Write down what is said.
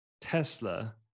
Tesla